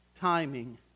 timing